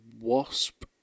Wasp